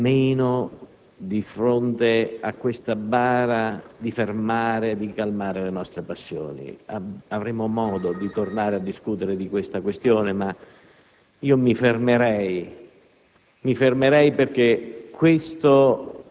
Credo però sia il caso, almeno di fronte a questa bara, di fermare e calmare le nostre passioni. Avremo modo di tornare a discutere di tale questione, ma mi fermerei